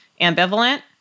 ambivalent